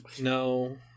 No